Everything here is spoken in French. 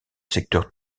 secteur